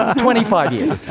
ah twenty five years.